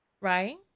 right